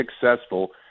successful